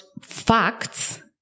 facts